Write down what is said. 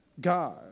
God